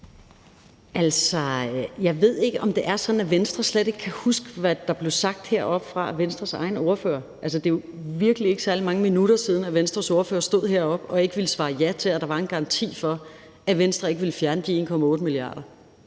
Jeg ved ikke, om det er sådan, at Venstre slet ikke kan huske, hvad der blev sagt heroppefra af Venstres egen ordfører. Det er jo virkelig ikke særlig mange minutter siden, at Venstres ordfører stod heroppe og ikke ville svare ja til, at der var en garanti for, at Venstre ikke ville fjerne de 1,8 mia. kr.